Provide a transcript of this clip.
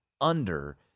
under-